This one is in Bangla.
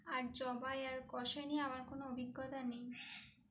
আর জবাইয আর কষায় নিয়ে আমার কোনও অভিজ্ঞতা নেই